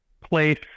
place